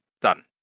Done